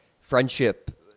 friendship